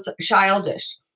childish